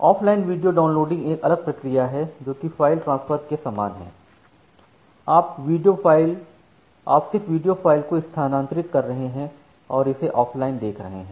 offline video downloading एक अलग प्रक्रिया है जो कि फाइल ट्रांसफर के समान है आप सिर्फ वीडियो फ़ाइल को स्थानांतरित कर रहे हैं और इसे ऑफ़लाइनदेख रहे हैं